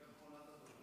היא אחרונת הדוברים?